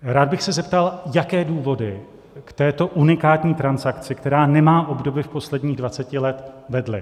Rád bych se zeptal, jaké důvody k této unikátní transakci, která nemá obdoby posledních 20 let, vedly.